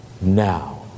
now